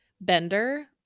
Bender